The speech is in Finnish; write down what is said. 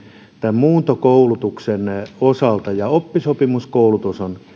tämän muuntokoulutuksen osalta ja oppisopimuskoulutus on